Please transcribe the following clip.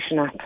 app